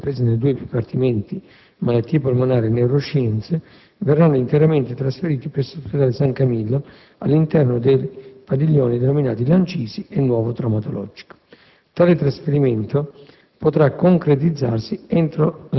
che i servizi attualmente svolti presso l'Ospedale Forlanini, e ricompresi nei due dipartimenti «Malattie polmonari» e «Neuroscienze» verranno interamente trasferiti presso l'ospedale San Camillo all'interno dei padiglioni denominati «Lancisi» e «Nuovo Traumatologico».